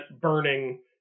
burning